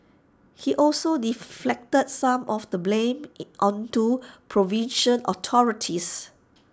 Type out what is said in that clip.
he also deflected some of the blame onto provincial authorities